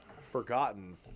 forgotten